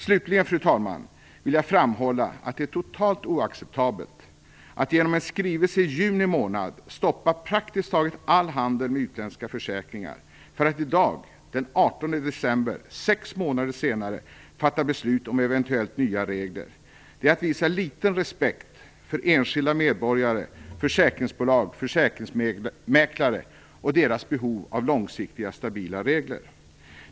Slutligen, fru talman, vill jag framhålla att det är totalt oacceptabelt att genom en skrivelse i juni månad stoppa praktiskt taget all handel med utländska försäkringar, för att i dag, den 18 december - sex månader senare - fatta beslut om eventuellt nya regler. Det är att visa liten respekt för enskilda medborgare, försäkringsbolag, försäkringsmäklare och deras behov av långsiktiga stabila regler.